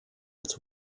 its